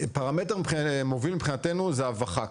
פרמטר מוביל מבחינתנו זה ועדת החקירה.